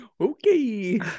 Okay